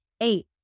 eight